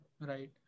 Right